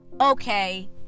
okay